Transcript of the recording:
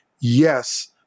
yes